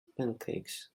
pancakes